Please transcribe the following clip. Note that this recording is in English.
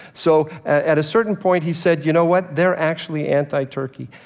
so, at a certain point he said, you know what, they're actually anti-turkey.